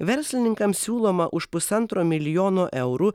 verslininkams siūloma už pusantro milijono eurų